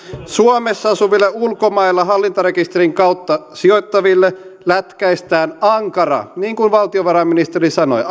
suomessa asuvilla ulkomailla hallintarekisterin kautta sijoittaville lätkäistään ankara niin kuin valtiovarainministeri sanoi